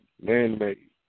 Man-made